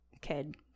kid